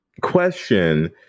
question